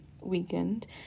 weekend